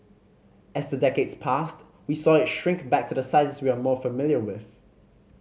as the decades passed we saw it shrink back to the sizes we are more familiar with